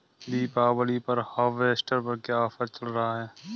दीपावली पर हार्वेस्टर पर क्या ऑफर चल रहा है?